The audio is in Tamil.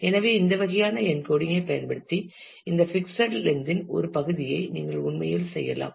எனவே இந்த வகையான என்கோடிங் ஐ பயன்படுத்தி இந்த பிக்ஸட் லென்த் இன் ஒரு பகுதியை நீங்கள் உண்மையில் செய்யலாம்